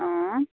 অঁ